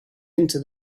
into